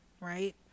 right